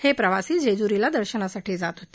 हे प्रवासी जेजुरीला दर्शनासाठी जात होते